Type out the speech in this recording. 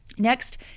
Next